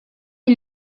you